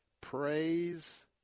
praise